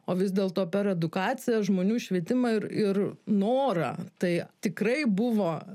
o vis dėlto per edukaciją žmonių švietimą ir ir norą tai tikrai buvo